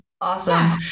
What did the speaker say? Awesome